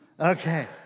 Okay